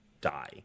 die